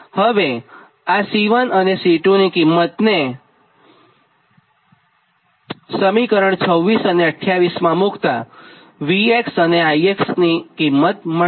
હવે આ C1અને C2 કિંમત સમીકરણ 26 અને 28 માં મુક્તા V અને I ની કિંમત મળશે